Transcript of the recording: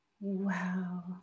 Wow